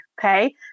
okay